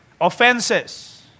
Offenses